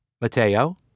Mateo